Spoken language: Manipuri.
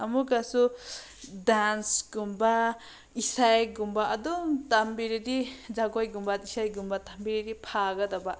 ꯑꯃꯨꯛꯀꯁꯨ ꯗꯥꯟꯁꯀꯨꯝꯕ ꯏꯁꯩꯒꯨꯝꯕ ꯑꯗꯨꯝ ꯇꯝꯕꯤꯔꯗꯤ ꯖꯒꯣꯏꯒꯨꯝꯕ ꯏꯁꯩꯒꯨꯝꯕ ꯇꯝꯕꯤꯔꯗꯤ ꯐꯒꯗꯕ